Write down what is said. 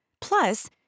Plus